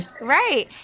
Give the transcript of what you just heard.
Right